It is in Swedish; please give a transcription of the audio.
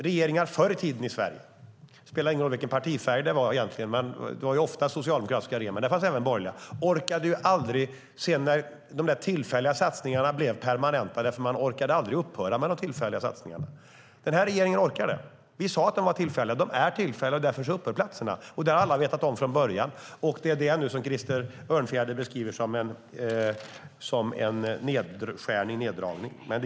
Regeringar förr i tiden i Sverige, oavsett partifärg - det var ju ofta socialdemokratiska regeringar, men det fanns även borgerliga - lät tillfälliga satsningar bli permanenta, för man orkade aldrig upphöra med de tillfälliga satsningarna. Den här regeringen orkar det. Vi sade att de var tillfälliga. De är tillfälliga, och därför upphör platserna. Det har alla vetat om från början. Det är detta som Krister Örnfjäder beskriver som en neddragning.